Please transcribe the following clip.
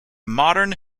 modern